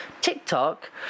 tiktok